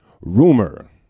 rumor